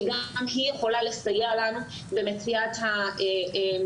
שגם היא יכולה לסייע לנו במציאת המסגרות,